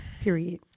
period